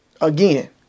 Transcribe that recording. Again